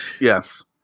Yes